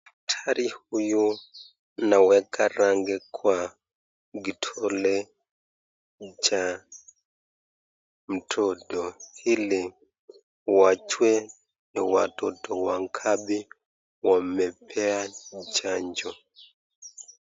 Daktari huyu anaweka rangi kwa kidole cha mtoto ili wajue ni watoto wangapi wamepea chanjo.